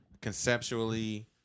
conceptually